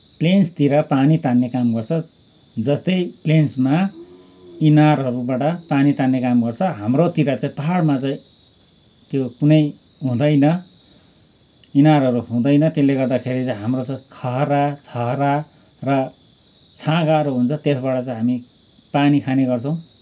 प्लेन्सतिर पानी तान्ने काम गर्छ जस्तै प्लेन्समा इनारहरूबाट पानी तान्ने काम गर्छ हाम्रोतिर चाहिँ पाहाडमा चाहिँ त्यो कुनै हुँदैन इनारहरू हुँदैन त्यसले गर्दाखेरि चाहिँ हाम्रो चाहिँ खहरा छहरा र छाँगाहरू हुन्छ त्यसबाट चाहिँ हामी पानी खाने गर्छौँ